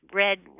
red